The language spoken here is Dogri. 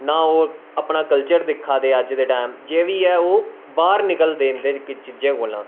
ना ओह् अपना कल्चर दिक्खा दे अज्ज दे टैम जो बी है ओह् बाह्र निकलदे इनैं चीजें कोला